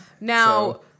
Now